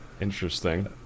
Interesting